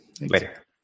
Later